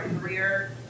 career